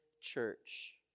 church